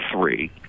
three